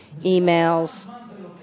emails